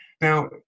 Now